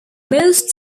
most